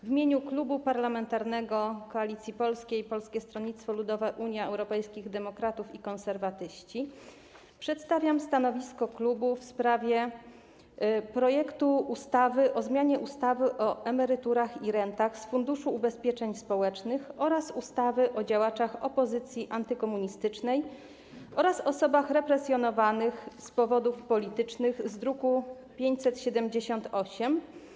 W imieniu Klubu Parlamentarnego Koalicja Polska - Polskie Stronnictwo Ludowe, Unia Europejskich Demokratów, Konserwatyści przedstawiam stanowisko klubu w sprawie projektu ustawy o zmianie ustawy o emeryturach i rentach z Funduszu Ubezpieczeń Społecznych oraz ustawy o działaczach opozycji antykomunistycznej oraz osobach represjonowanych z powodów politycznych, druk nr 578.